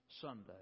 Sunday